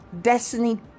Destiny